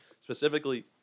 specifically